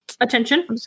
Attention